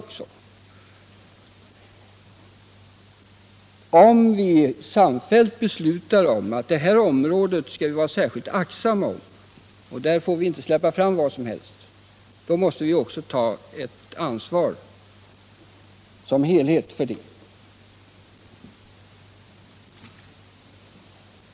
Om vi samfällt beslutar att vi skall vara särskilt aktsamma om det här området och att vi där inte får släppa fram vad som helst, så måste vi också ta ett ansvar för det som helhet.